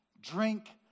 drink